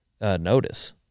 notice